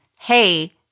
hey